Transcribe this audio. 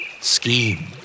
Scheme